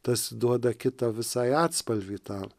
tas duoda kitą visai atspalvį tą